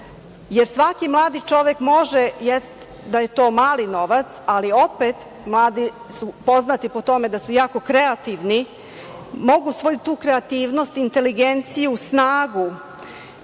jer svaki mladi čovek može, jeste da je to mali novac, ali opet mladi su poznati po tome da su jako kreativni i mogu svoju tu kreativnost, inteligenciju, snagu